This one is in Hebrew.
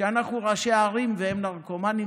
שאנחנו ראשי הערים והם נרקומנים,